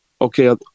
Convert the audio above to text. Okay